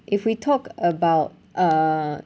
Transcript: if we talk about uh